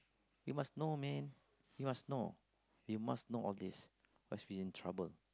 you must know man you must know you must know all these what's been in trouble